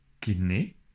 kidney